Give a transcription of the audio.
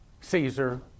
Caesar